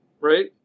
right